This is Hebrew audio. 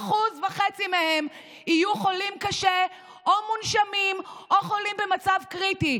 1.5% מהם יהיו חולים קשה או מונשמים או חולים במצב קריטי.